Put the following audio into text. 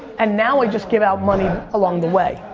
and now i just give out money along the way.